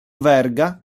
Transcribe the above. verga